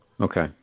Okay